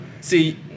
See